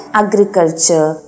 agriculture